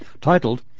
titled